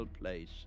place